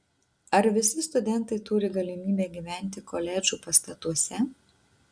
ar visi studentai turi galimybę gyventi koledžų pastatuose